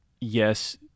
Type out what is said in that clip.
yes